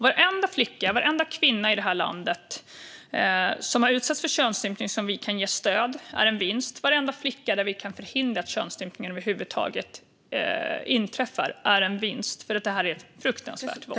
Varenda gång vi kan ge stöd till en flicka eller kvinna i det här landet som har utsatts för könsstympning innebär en vinst. Varenda gång vi kan förhindra att en flicka utsätts för könsstympning är en vinst, för det här innebär fruktansvärt våld.